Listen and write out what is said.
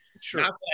sure